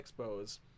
expos